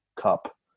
cup